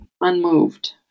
unmoved